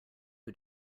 who